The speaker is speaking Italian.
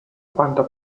quando